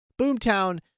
Boomtown